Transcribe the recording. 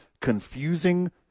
confusing